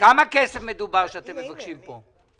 בכמה כסף מדובר שאתם מבקשים פה?